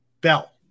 Bell